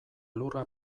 lurra